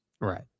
Right